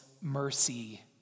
mercy